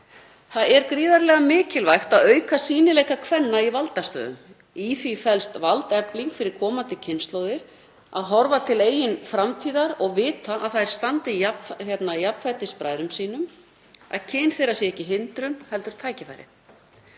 Það er gríðarlega mikilvægt að auka sýnileika kvenna í valdastöðum. Í því felst valdefling fyrir komandi kynslóðir kvenna að horfa til eigin framtíðar og vita að þær standi jafnfætis bræðrum sínum, að kyn þeirra sé ekki hindrun heldur tækifæri.